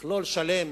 מכלול שלם